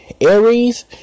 Aries